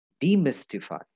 demystify